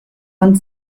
und